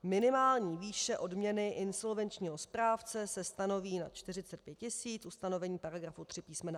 Minimální výše odměny insolvenčního správce se stanoví na 45 tisíc, ustanovení § 3 písm.